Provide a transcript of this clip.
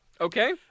Okay